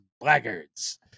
Blackguards